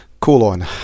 colon